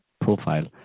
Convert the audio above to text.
profile